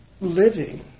living